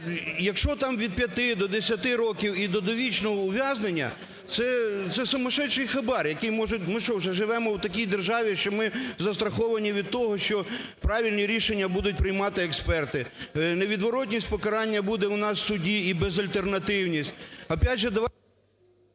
якщо там від 5 до 10 років і до довічного ув'язнення, це сумасшедший, який може… Ми що, вже живемо в такій державі, що ми застраховані від того, що правильні рішення будуть приймати експерти, невідворотність покарання буде у нас в суді і безальтернативність?